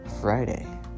Friday